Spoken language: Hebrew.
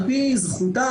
על פי זכותה,